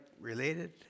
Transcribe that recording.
related